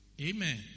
Amen